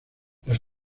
las